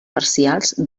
parcials